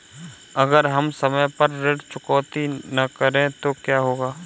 अगर हम समय पर ऋण चुकौती न करें तो क्या होगा?